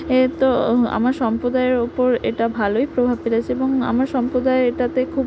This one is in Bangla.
এ তো আমার সম্প্রদায়ের ঊপর এটা ভালোই প্রভাব ফেলেছে এবং আমার সম্প্রদায়ের এটাতে খুব